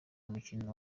umukino